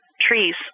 trees